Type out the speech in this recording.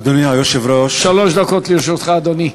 אדוני היושב-ראש, שלוש דקות לרשותך, אדוני.